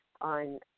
on